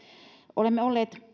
olemme olleet